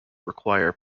require